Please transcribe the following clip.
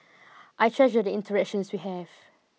I treasure the interactions we have